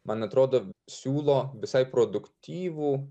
man atrodo siūlo visai produktyvų